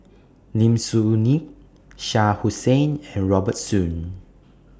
Lim Soo Ngee Shah Hussain and Robert Soon